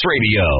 Radio